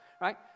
right